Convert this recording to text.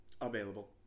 available